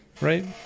right